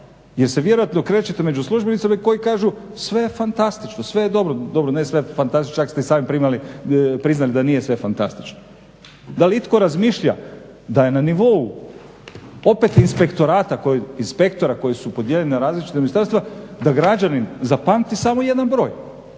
jer se vjerojatno krećete među službenicima koji kažu sve je fantastično, sve je dobro. Dobro ne sve fantastično, čak ste i sami priznali da nije sve fantastično. Da li itko razmišlja da je na nivou opet inspektora koji su podijeljeni na različita ministarstva da građanin zapamti samo jedan broj.